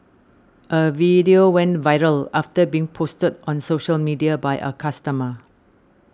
a video went viral after being posted on social media by a customer